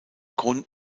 grund